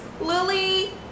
lily